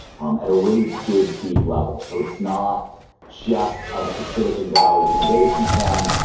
um at a really big deep level. so it's not just ah a silicon valley innovation front,